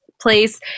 place